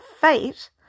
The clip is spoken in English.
fate